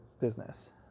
business